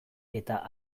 eta